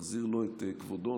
נחזיר לו את כבודו,